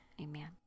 amen